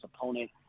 opponent